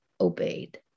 obeyed